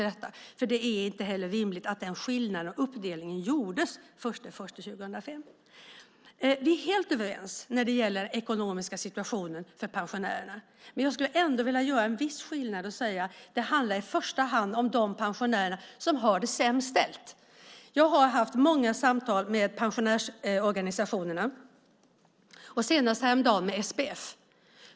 Det är inte rimligt att den skillnaden och uppdelningen gjordes den 1 januari 2005. Vi är helt överens när det gäller den ekonomiska situationen för pensionärerna. Jag skulle ändå vilja göra en viss åtskillnad. Det handlar i första hand om de pensionärer som har det sämst ställt. Jag har haft många samtal med pensionärsorganisationerna och senast häromdagen med SBF.